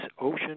ocean